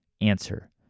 Answer